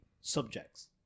subjects